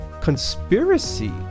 conspiracy